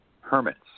hermits